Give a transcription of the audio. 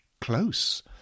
Close